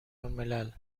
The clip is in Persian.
الملل